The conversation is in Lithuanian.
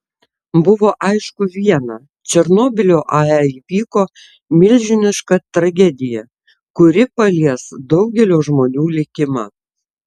buvo aišku viena černobylio ae įvyko milžiniška tragedija kuri palies daugelio žmonių likimą